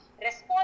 response